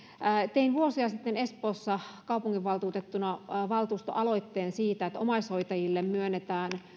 tein vuosia sitten espoossa kaupunginvaltuutettuna valtuustoaloitteen siitä että omaishoitajille myönnetään